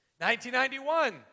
1991